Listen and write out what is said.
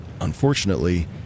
Unfortunately